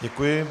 Děkuji.